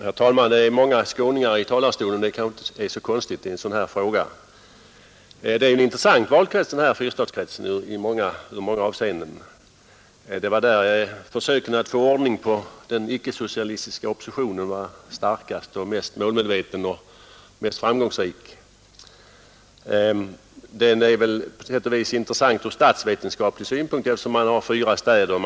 Herr talman! Att det är många skåningar uppe i talarstolen i en sådan här fråga är kanske inte så konstigt. Fyrstadsvalkretsen är i många avseenden intressant. Det var där som försöken att få ordning på den icke-socialistiska oppositionen var starkast, mest målmedvetna och framgångsrikast. Valkretsen är intressant från statsvetenskaplig synpunkt eftersom man har fyra städer för sig.